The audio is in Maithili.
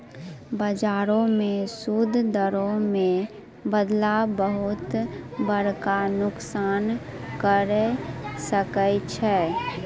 बजारो मे सूद दरो मे बदलाव बहुते बड़का नुकसान करै सकै छै